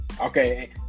Okay